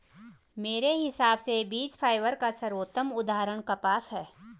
मेरे हिसाब से बीज फाइबर का सर्वोत्तम उदाहरण कपास है